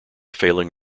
failing